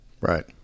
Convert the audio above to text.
right